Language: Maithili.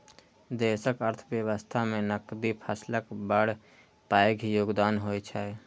देशक अर्थव्यवस्था मे नकदी फसलक बड़ पैघ योगदान होइ छै